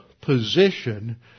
position